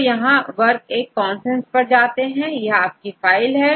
तो यहां work 1 consensus पर जाते हैं यह आपकी फाइल है